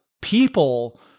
people